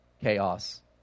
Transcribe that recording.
chaos